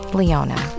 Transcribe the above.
leona